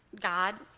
god